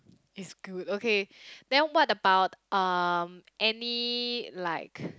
it's good okay then what about um any like